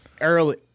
early